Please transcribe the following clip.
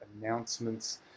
announcements